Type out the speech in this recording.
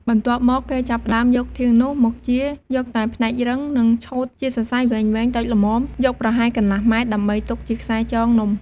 បន្ទាប់មក គេចាប់ផ្ដើមយកធាងនោះ មកចៀរ យកតែផ្នែករឹង និងឆូតជាសរសៃវែងៗតូចល្មម យកប្រហែលកន្លះម៉ែត្រ ដើម្បីទុកជាខ្សែចងនំ។